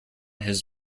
his